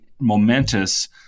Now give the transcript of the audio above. momentous